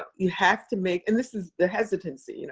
but you have to make. and this is the hesitancy, you know